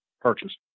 purchase